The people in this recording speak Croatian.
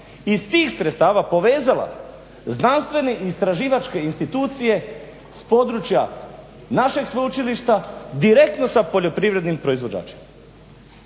iz tih sredstava povezala znanstvene i istraživačke institucije s područja našeg sveučilišta direktno s poljoprivrednim proizvođačima.